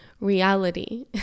Reality